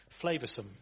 flavoursome